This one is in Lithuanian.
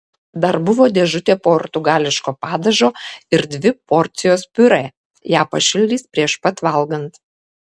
dar buvo dėžutė portugališko padažo ir dvi porcijos piurė ją pašildys prieš pat valgant